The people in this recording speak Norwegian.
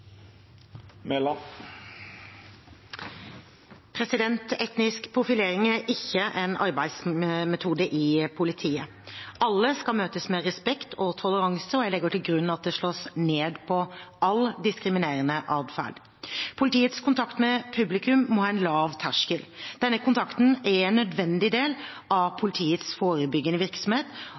Etnisk profilering er ikke en arbeidsmetode i politiet. Alle skal møtes med respekt og toleranse, og jeg legger til grunn at det slås ned på all diskriminerende adferd. Politiets kontakt med publikum må ha en lav terskel. Denne kontakten er en nødvendig del av politiets forebyggende virksomhet,